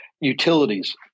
utilities